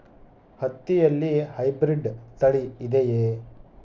ಹತ್ತಿಯಲ್ಲಿ ಹೈಬ್ರಿಡ್ ತಳಿ ಇದೆಯೇ?